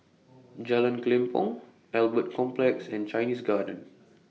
Jalan Kelempong Albert Complex and Chinese Garden